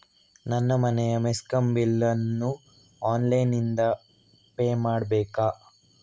ನನ್ನ ಮನೆಯ ಮೆಸ್ಕಾಂ ಬಿಲ್ ಅನ್ನು ಆನ್ಲೈನ್ ಇಂದ ಪೇ ಮಾಡ್ಬೇಕಾ?